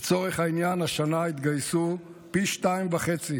לצורך העניין, השנה התגייסו פי שניים וחצי